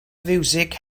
fiwsig